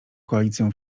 koalicją